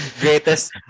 Greatest